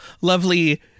lovely